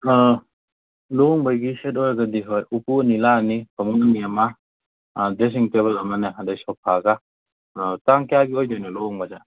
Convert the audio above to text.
ꯂꯨꯍꯣꯡꯕꯒꯤ ꯁꯦꯠ ꯑꯣꯏꯔꯗꯒꯤ ꯍꯣꯏ ꯎꯄꯨ ꯑꯅꯤ ꯂꯥꯡꯅꯤ ꯐꯃꯨꯡ ꯑꯅꯤ ꯑꯃ ꯗ꯭ꯔꯦꯁꯤꯡ ꯇꯦꯕꯜ ꯑꯃꯅꯦ ꯑꯗꯒꯤ ꯁꯣꯐꯥꯒ ꯇꯥꯡ ꯀꯌꯥꯒꯤ ꯑꯣꯏꯗꯣꯏꯅꯣ ꯂꯨꯍꯣꯡꯕꯁꯦ